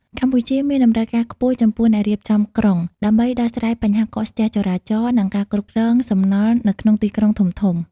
កម្ពុជាមានតម្រូវការខ្ពស់ចំពោះអ្នករៀបចំក្រុង ដើម្បីដោះស្រាយបញ្ហាកកស្ទះចរាចរណ៍ និងការគ្រប់គ្រងសំណល់នៅក្នុងទីក្រុងធំៗ។